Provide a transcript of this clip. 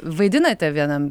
vaidinate vienam